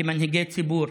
כמנהיגי ציבור,